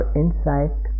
insight